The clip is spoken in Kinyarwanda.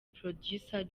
producer